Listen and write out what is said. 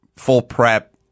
full-prep